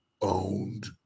owned